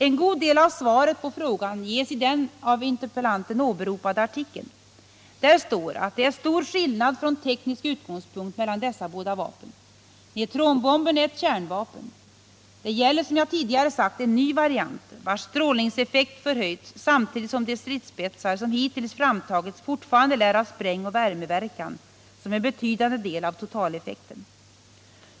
En god del av svaret på frågan ges i den av interpellanten åberopade artikeln. Där står att det är stor skillnad från teknisk utgångspunkt mellan dessa båda vapen. Neutronbomben är ett kärnvapen. Det gäller som jag tidigare sagt en ny variant, vars strålningseffekt förhöjts samtidigt som de stridsspetsar som hittills framtagits fortfarande lär ha sprängoch värmeverkan som en betydande del av totaleffekten.